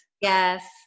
Yes